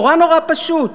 נורא נורא פשוט,